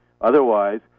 Otherwise